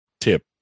tip